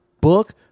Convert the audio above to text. Book